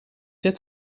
het